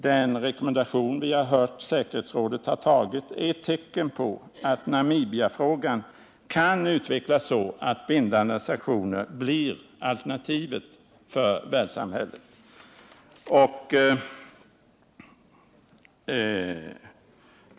Den rekommendation som säkerhetsrådet har antagit är ett tecken på att Namibiafrågan kan utvecklas så, att bindande sanktioner blir alternativet för världssamhället.